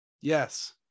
yes